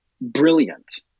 brilliant